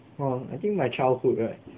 oh I think my childhood right